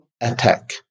attack